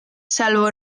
salvo